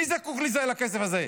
מי זקוק לכסף הזה?